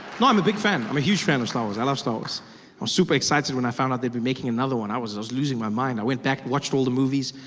and i am a big fan, a huge fan of star wars. i love star wars. i was super excited when i found out they were making another one. i was i was losing my mind. i went back, watched all the movies.